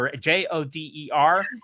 J-O-D-E-R